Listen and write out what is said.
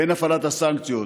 הן הפעלת הסנקציות